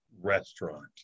restaurant